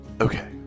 Okay